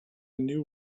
new